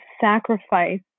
sacrifice